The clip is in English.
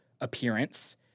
appearance